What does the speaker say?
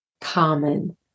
common